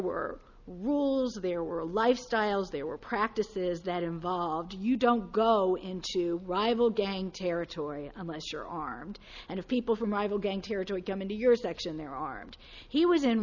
were rules there were lifestyles there were practices that involved you don't go into rival gang territory unless you're armed and of people from rival gang territory coming to your section their arms he was in